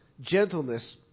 gentleness